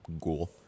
ghoul